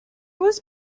was